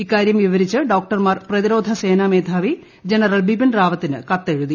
ഇക്കാര്യം വിവരിച്ച് ഡോക്ടർമാർ പ്രതിരോധിപ്പ്സ്നാ മേധാവി ജനറൽ ബിപിൻ റാവത്തിന് കത്തെഴുതി